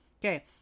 Okay